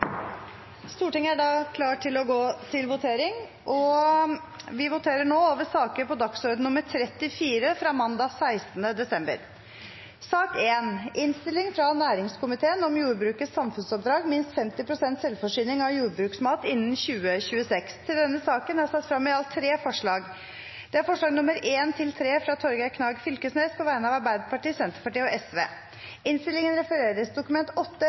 Stortinget tar nå pause i debatten, og det ringes til votering. Stortinget er da klar til å gå til votering, og vi voterer nå over saker på dagsorden nr. 34, fra mandag 16. desember. Under debatten er det satt frem i alt tre forslag. Det er forslagene nr. 1–3, fra Torgeir Knag Fylkesnes på vegne av Arbeiderpartiet, Senterpartiet og